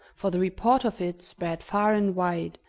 for the report of it spread far and wide,